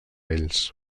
ells